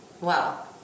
Wow